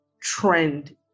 trend